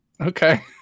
Okay